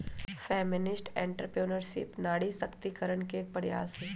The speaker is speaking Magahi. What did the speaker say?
फेमिनिस्ट एंट्रेप्रेनुएरशिप नारी सशक्तिकरण के एक प्रयास हई